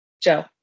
Joe